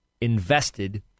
invested